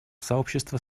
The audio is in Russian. сообщества